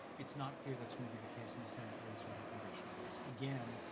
it's not clear that's going to be the case in a senate race or in a congressional race. again,